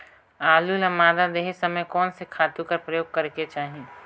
आलू ल मादा देहे समय म कोन से खातु कर प्रयोग करेके चाही?